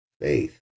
faith